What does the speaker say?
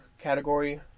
category